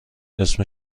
اسم